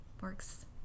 works